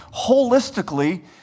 holistically